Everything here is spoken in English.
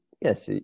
Yes